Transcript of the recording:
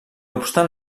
obstant